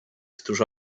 stróż